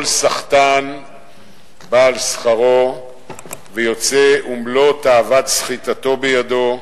כל סחטן בא על שכרו ויוצא ומלוא תאוות סחיטתו בידו.